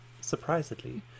surprisingly